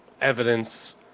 evidence